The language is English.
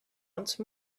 once